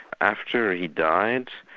after he died,